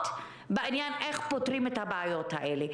בעניין של איך פותרים את הבעיות האלה.